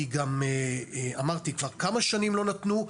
גם אמרתי: כבר כמה שנים לא נתנו,